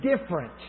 different